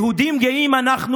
יהודים גאים אנחנו,